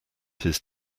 his